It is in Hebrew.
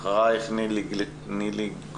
אחרייך נילי גורין.